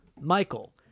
michael